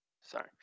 Sorry